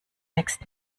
next